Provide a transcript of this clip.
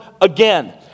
again